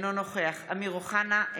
אינו נוכח אמיר אוחנה,